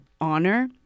honor